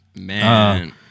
Man